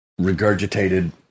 regurgitated